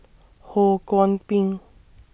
Ho Kwon Ping